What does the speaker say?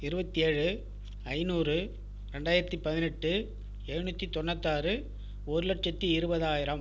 இருபத்தேழு ஐநூறு ரெண்டாயிரத்தி பதினெட்டு எழுநூற்றி தொண்ணுத்தாறு ஒருலட்சத்தி இருபதாயிரம்